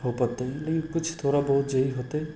हो पइतै लेकिन किछु थोड़ा बहुत जे होतै